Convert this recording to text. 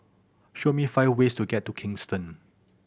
show me five ways to get to Kingston